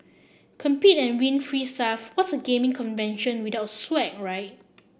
compete and win free stuff what's a gaming convention without swag right